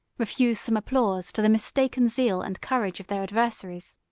refuse some applause to the mistaken zeal and courage of their adversaries.